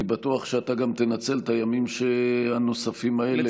אני בטוח שאתה גם תנצל את הימים הנוספים האלה,